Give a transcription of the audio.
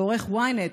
ועורך ynet,